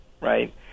right